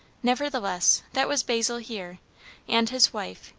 nevertheless, that was basil here and his wife,